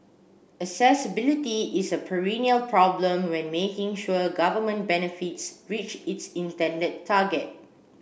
accessibility is a perennial problem when making sure government benefits reach its intended target